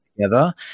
together